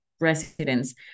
residents